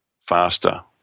faster